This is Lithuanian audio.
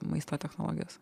maisto technologijos